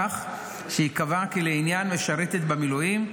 כך שייקבע כי לעניין משרתת במילואים,